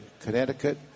Connecticut